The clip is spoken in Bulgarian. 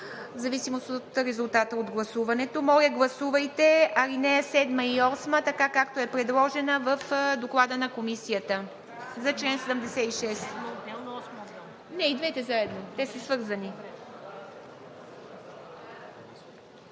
в зависимост от резултата от гласуването. Моля, гласувайте алинеи 7 и 8 така, както са предложени в Доклада на Комисията за чл. 76. И двете заедно, те са свързани.